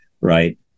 right